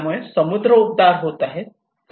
यामुळे समुद्र उबदार होत आहेत